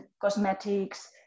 cosmetics